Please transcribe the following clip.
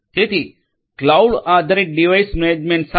તેથી ક્લાઉડ આધારિત device management શા માટે